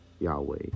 Yahweh